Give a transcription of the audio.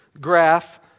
graph